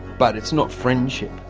but it's not friendship,